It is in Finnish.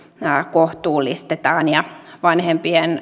kohtuullistetaan ja vanhempien